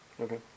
Okay